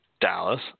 Dallas